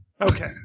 Okay